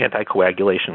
anticoagulation